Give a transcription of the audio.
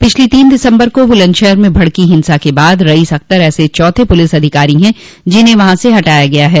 पिछली तीन दिसम्बर को बुलंदशहर में भड़की हिंसा के बाद रईस अख़्तर ऐसे चौथे पुलिस अधिकारी हैं जिन्हें वहां से हटाया गया है